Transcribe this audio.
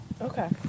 Okay